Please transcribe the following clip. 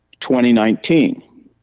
2019